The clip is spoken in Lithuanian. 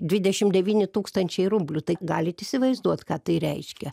dvidešim devyni tūkstančiai rublių tai galit įsivaizduot ką tai reiškia